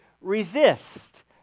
resist